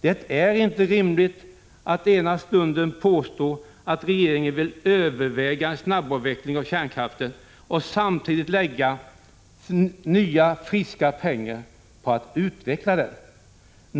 Det är inte rimligt att som regeringen påstå att man vill överväga en snabbavveckling av kärnkraften och samtidigt lägga nya friska pengar på att utveckla den.